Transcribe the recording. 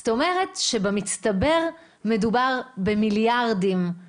זאת אומרת שבמצטבר מדובר במיליארדים, ליאור.